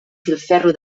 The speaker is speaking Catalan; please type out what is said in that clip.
filferro